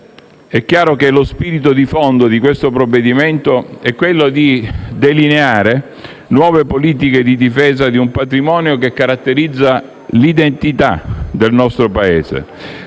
è chiaro che lo spirito di fondo di questo provvedimento è delineare nuove politiche di difesa di un patrimonio che caratterizza l'identità del nostro Paese;